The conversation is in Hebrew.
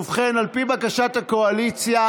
ובכן, חבר הכנסת טופורובסקי,